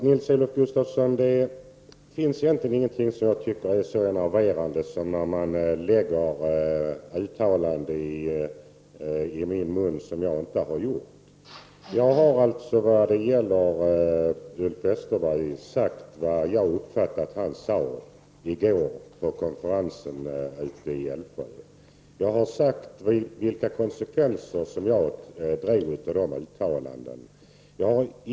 Herr talman! Det finns egentligen ingenting, Nils-Olof Gustafsson, som jag tycker är så enerverande som när man i min mun lägger uttalanden som jag inte har gjort. När det gäller Ulf Westerberg har jag sagt hur jag uppfattade honom i går vid konferensen ute i Älvsjö. Jag har sagt vilka konsekvenser jag drog av hans uttalanden.